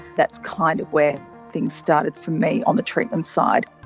that's kind of where things started for me on the treatment side.